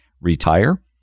retire